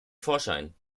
vorschein